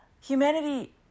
Humanity